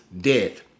death